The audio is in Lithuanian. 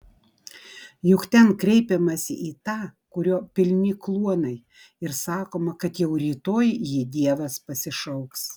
juk ten kreipiamasi į tą kurio pilni kluonai ir sakoma kad jau rytoj jį dievas pasišauks